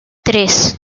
tres